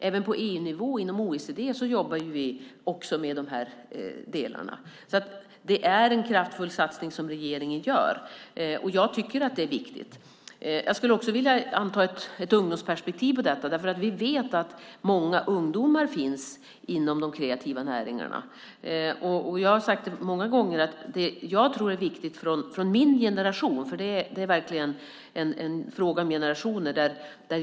Även på EU-nivå och inom OECD jobbar vi med de här delarna. Det är alltså en kraftfull satsning som regeringen gör. Jag tycker att det är viktigt. Jag skulle också vilja anlägga ett ungdomsperspektiv på detta. Vi vet att många ungdomar finns inom de kreativa näringarna. Det är verkligen en fråga om generationer.